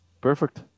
Perfect